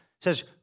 says